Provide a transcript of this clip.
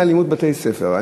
מאלימות בבתי-הספר.